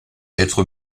être